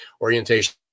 orientation